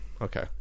Okay